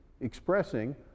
expressing